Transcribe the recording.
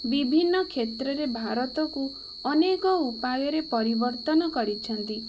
ବିଭିନ୍ନ କ୍ଷେତ୍ରରେ ଭାରତକୁ ଅନେକ ଉପାୟରେ ପରିବର୍ତ୍ତନ କରିଛନ୍ତି